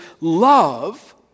love